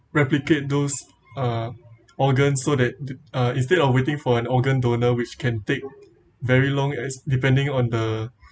replicate those uh organs so that instead of waiting for an organ donor which can take very long as depending on the